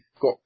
got